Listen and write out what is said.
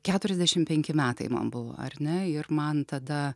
keturiasdešim penki metai man buvo ar ne ir man tada